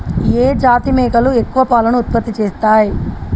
ఏ జాతి మేకలు ఎక్కువ పాలను ఉత్పత్తి చేస్తయ్?